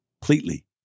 completely